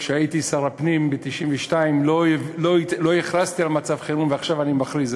כשהייתי שר הפנים ב-1992 לא הכרזתי על מצב חירום ועכשיו אני מכריז?